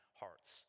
hearts